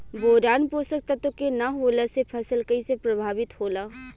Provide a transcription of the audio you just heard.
Boron पोषक तत्व के न होला से फसल कइसे प्रभावित होला?